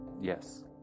yes